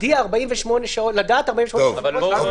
לדעת 48 שעות מראש.